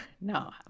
no